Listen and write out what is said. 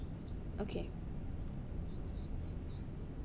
okay